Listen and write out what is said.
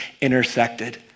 intersected